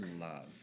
Love